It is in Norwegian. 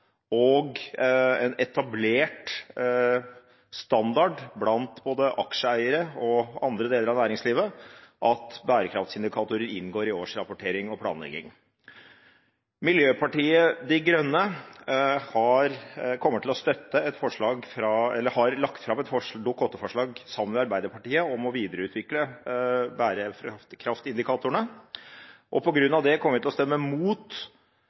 og en etablert standard blant både aksjeeiere og andre deler av næringslivet at bærekraftindikatorer inngår i årsrapportering og planlegging. Miljøpartiet De Grønne har lagt fram et Dokument 8-forslag sammen med Arbeiderpartiet om å videreutvikle bærekraftindikatorene. På grunn av det kommer vi til å stemme mot